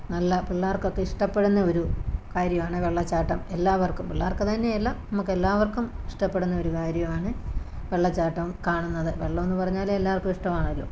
നല്ല പിള്ളേർക്കൊക്കെ ഇഷ്ടപ്പെടുന്ന ഒരു കാര്യമാണ് വെള്ളച്ചാട്ടം എല്ലാവർക്കും പിള്ളേർക്ക് തന്നെയല്ല നമുക്കെല്ലാവർക്കും ഇഷ്ടപ്പെടുന്ന ഒരു കാര്യമാണ് വെള്ളച്ചാട്ടം കാണുന്നത് വെള്ളമെന്ന് പറഞ്ഞാലേ എല്ലാവർക്കും ഇഷ്ടമാണല്ലോ